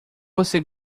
você